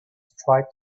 tried